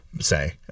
say